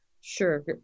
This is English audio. Sure